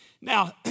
Now